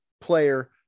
player